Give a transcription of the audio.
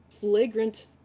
Flagrant